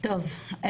טוב.